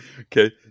Okay